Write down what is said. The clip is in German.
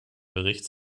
berichts